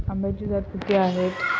आंब्याच्या जाती किती आहेत?